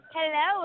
Hello